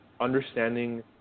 understanding